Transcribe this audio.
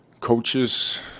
coaches